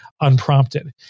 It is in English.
unprompted